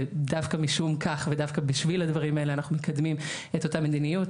ודווקא משום כך ודווקא בשביל הדברים האלה אנחנו מקדמים את אותה מדיניות.